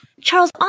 Charles